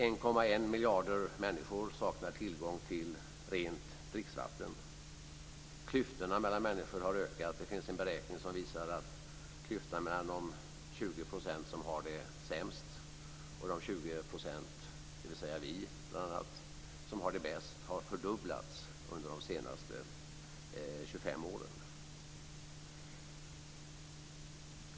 1,1 miljarder människor saknar tillgång till rent dricksvatten. Klyftorna mellan människor har ökat. Det finns en beräkning som visar att klyftan mellan de 20 % som har det sämst och de 20 % som har det bäst, dvs. bl.a. vi, har fördubblats under de senaste 25 åren.